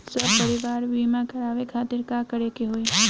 सपरिवार बीमा करवावे खातिर का करे के होई?